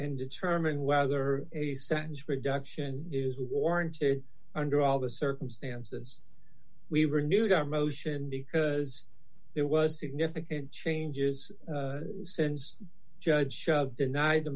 in determining whether a sentence reduction is warranted under all the circumstances we renewed our motion because there was significant changes since judge show denied